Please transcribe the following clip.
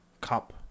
cup